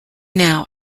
now